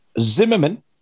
Zimmerman